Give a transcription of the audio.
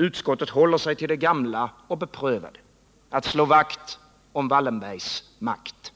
Utskottet håller sig till det gamla och beprövade — att slå vakt om Wallenbergs makt.